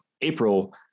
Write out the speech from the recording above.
April